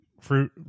fruit